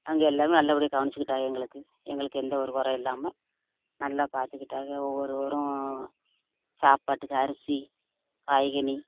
நாங்கள் எல்லோருமே நல்லபடியாக கவனிச்சிக்கிட்டாக எங்களுக்கு எங்களுக்கு எந்த ஒரு குற இல்லாமல் நல்லா பார்த்துக்கிட்டாக ஒவ்வொருவரும் சாப்பாட்டுக்கு அரிசி காய்கனி ஒவ்வொருவரும் சாப்பாட்டுக்கு அரிசி காய்கனி